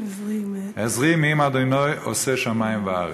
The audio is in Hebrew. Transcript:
עזרי מעם ה' עשה שמים וארץ.